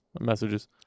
messages